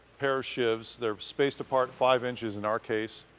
pair of shivs, they're spaced apart five inches, in our case.